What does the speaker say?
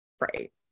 right